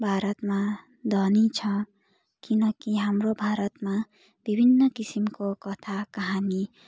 भारतमा धनी छ किनकि हाम्रो भारतमा विभिन्न किसिमको कथा काहानी